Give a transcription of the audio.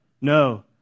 no